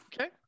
Okay